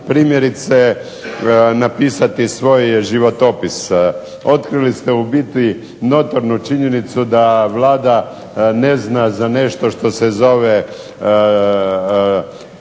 primjerice napisati svoj životopis? Otkrili ste u biti notornu činjenicu da Vlada ne zna za nešto što se zove